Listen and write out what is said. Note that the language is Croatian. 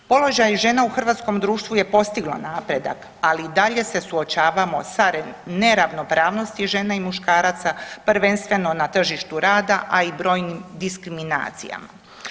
Položaj žena u hrvatskom društvu je postiglo napredak, ali i dalje se suočavamo sa neravnopravnosti žena i muškaraca, prvenstveno na tržištu rada, a i brojnim diskriminacijama.